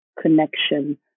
connection